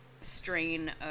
strain